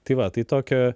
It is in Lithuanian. tai va tai tokia